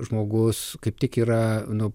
žmogus kaip tik yra nu